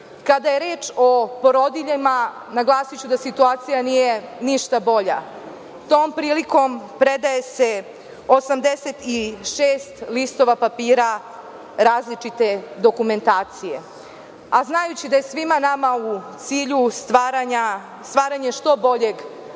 Kada je reč o porodiljama, naglasiću da situacija nije ništa bolja. Tom prilikom predaje se 86 listova papira različite dokumentacije. Znajući da je svima nama u cilju stvaranje što boljeg poslovnog